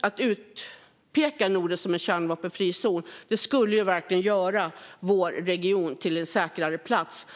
Att utpeka Norden som en kärnvapenfri zon skulle verkligen göra vår region till en säkrare plats.